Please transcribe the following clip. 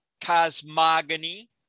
Cosmogony